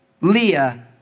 Leah